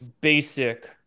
basic